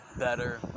Better